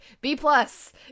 B-plus